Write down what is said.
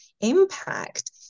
impact